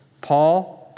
Paul